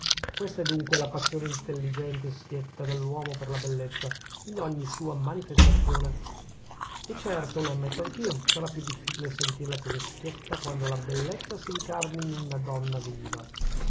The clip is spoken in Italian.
questa è dunque la passione intelligente e schietta dell'uomo per la bellezza in ogni sua manifestazione e certo lo ammetto anch'io sarà più difficile sentirla così schietta quando la bellezza si incarni in una donna viva